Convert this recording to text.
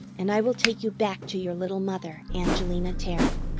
and i will take you back to your little mother, angelina terry.